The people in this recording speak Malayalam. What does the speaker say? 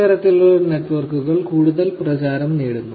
ഇത്തരത്തിലുള്ള നെറ്റ്വർക്കുകൾ കൂടുതൽ പ്രചാരം നേടുന്നു